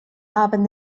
haben